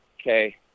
Okay